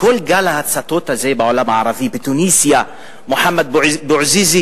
כל ההצתות האלה בעולם הערבי: בתוניסיה מוחמד בועזיזי